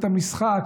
את המשחק,